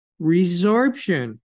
resorption